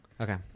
Okay